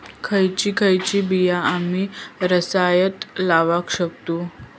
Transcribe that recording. खयची खयची बिया आम्ही सरायत लावक शकतु?